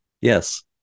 Yes